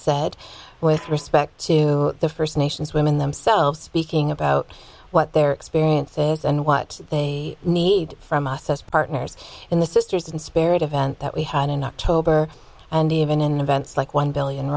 said with respect to the first nations women themselves speaking about what their experience is and what they need from us as partners in the sisters in spirit event that we had enough tobar and even in events like one billion